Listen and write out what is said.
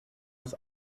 aus